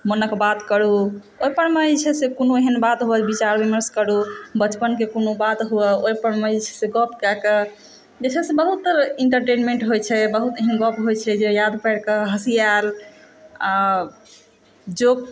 मोनके बात करु ओहि परमे जे छै से कोनो एहन बात हुए तऽ विचार विमर्श करू बचपनके कोनो बात हुए ओहि परमे जे छै से गप कए कऽ जे छै से ओहिसँ बहुत इन्टरटेनमेंट होइ छै बहुत एहन गप होइ छै जे याद पारिकऽ हँसी आएल आ जँ